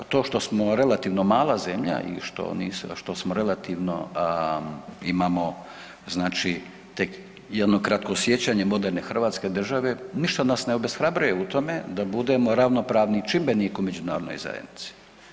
A to što smo relativno mala zemlja ili što smo relativno imamo znači tek jedno kratko sjećanje moderne hrvatske države, ništa nas ne obeshrabruje u tome da budemo ravnopravni čimbenik u međunarodnoj zajednici.